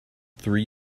three